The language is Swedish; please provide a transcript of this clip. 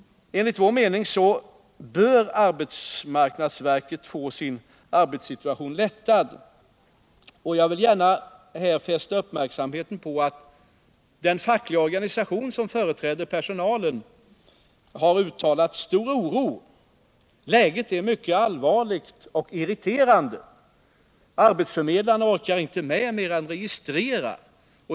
Enligt vår mening bör arbetsmarknadsverket få lättnader i sin arbetssituation, och jag vill gärna fästa uppmärksamheten på att den fackliga organisation som företräder personalen har uttalat stor oro. Läget är mycket allvarligt och irriterande. Arbetsförmedlarna orkar inte med mer än att registrera.